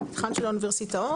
לפתחן של האוניברסיטאות?